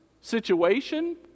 situation